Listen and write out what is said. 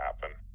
happen